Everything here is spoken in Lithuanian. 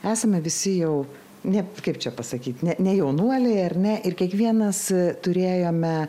esame visi jau ne kaip čia pasakyti ne ne jaunuoliai ar ne ir kiekvienas turėjome